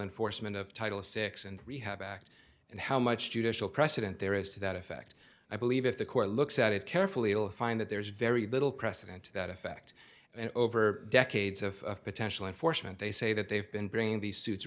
enforcement of title six and rehab act and how much judicial precedent there is to that effect i believe if the court looks at it carefully you'll find that there's very little precedent that effect and over decades of potential enforcement they say that they've been bringing these suits